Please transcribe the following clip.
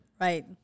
Right